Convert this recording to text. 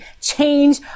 change